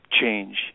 change